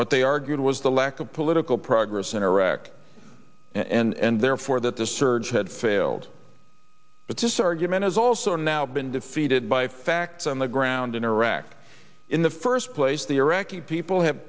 what they argued was the lack of political progress in iraq and therefore that the surge had failed but this argument is also now been defeated by facts on the ground in iraq in the first place the iraqi people have